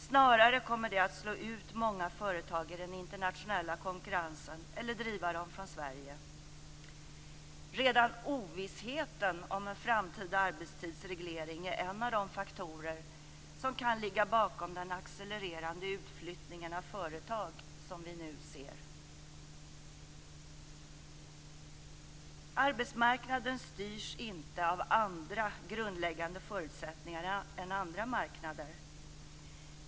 Snarare kommer det att slå ut många företag i den internationella konkurrensen eller driva dem från Sverige. Redan ovissheten om en framtida arbetstidsreglering är en av de faktorer som kan ligga bakom den accelererande utflyttning av företag som vi nu ser. Arbetsmarknaden styrs inte av andra grundläggande förutsättningar än andra marknader.